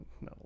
no